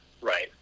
right